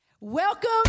Welcome